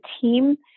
team